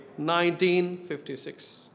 1956